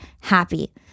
happy